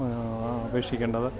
അപേക്ഷിക്കേണ്ടത്